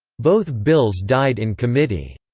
both bills died in committee.